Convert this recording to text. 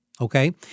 Okay